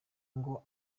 ngo